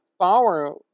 power